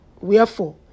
Wherefore